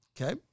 Okay